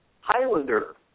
Highlander